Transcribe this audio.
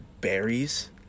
berries